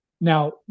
Now